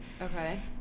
okay